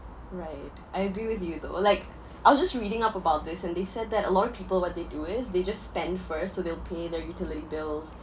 right I agree with you though like I was just reading up about this and they said that a lot of people what they do is they just spend first so they'll pay their utility bills